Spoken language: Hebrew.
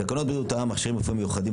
בתקנות בריאות העם (מכשירים רפואיים מיוחדים),